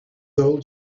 old